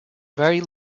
very